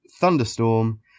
thunderstorm